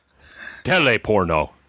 Teleporno